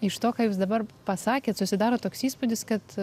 iš to ką jūs dabar pasakėt susidaro toks įspūdis kad